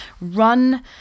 run